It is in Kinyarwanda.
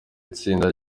itsinda